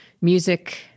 music